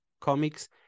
comics